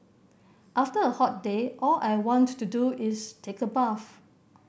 after a hot day all I want to do is take a bath